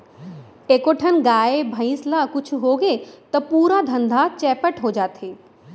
एको ठन गाय, भईंस ल कुछु होगे त पूरा धंधा चैपट हो जाथे